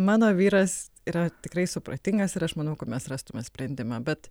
mano vyras yra tikrai supratingas ir aš manau kad mes rastume sprendimą bet